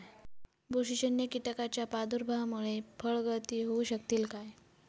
बुरशीजन्य कीटकाच्या प्रादुर्भावामूळे फळगळती होऊ शकतली काय?